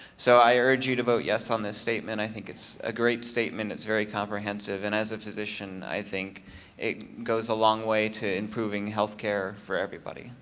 so i urge you to vote yes on this statement. i think it's a great statement. it's very comprehensive. and as a physician, i think it goes a long way to improving healthcare for everybody.